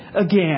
again